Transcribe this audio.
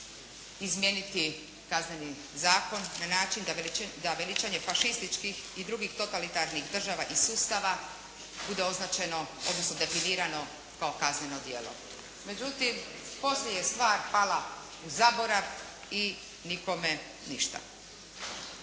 izmijeniti Kazneni zakon na način da ga veličanje fašističkih i drugih totalitarnih država i sustava bude označeno, odnosno definirano kao kazneno djelo. Međutim, poslije je stvar pala u zaborav i nikome ništa.